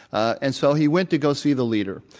and so he went to go see the leader.